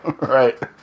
Right